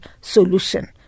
solution